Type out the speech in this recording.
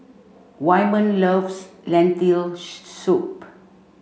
Wyman loves Lentil soup